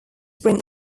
bring